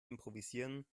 improvisieren